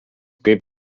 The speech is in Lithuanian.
kaip